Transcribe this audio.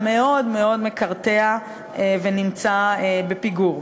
מאוד מאוד מקרטע ונמצא בפיגור.